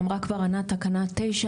אמרה כבר ענת תקנה 9,